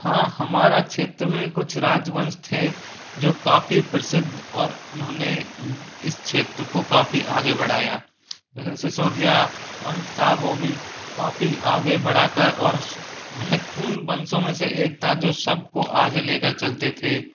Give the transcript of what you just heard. हाँ हमारा क्षेत्र में कुछ राजवंश थे जो काफ़ी प्रसिद्ध और उन्होंने इस क्षेत्र को काफ़ी आगे बढ़ाया जैसे सिसोदिया वंश था वो भी काफ़ी आगे बढ़ाकर और महत्वपूर्ण वंशो में से एक था जो सबको आगे लेकर चलते थे